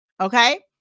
okay